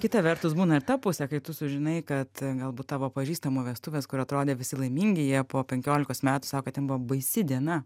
kita vertus būna ir ta pusė kai tu sužinai kad galbūt tavo pažįstamų vestuvės kur atrodė visi laimingi jie po penkiolikos metų sako ten buvo baisi diena